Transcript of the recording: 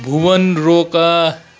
Bhuwan Roka